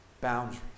boundaries